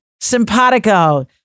simpatico